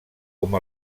com